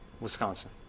Wisconsin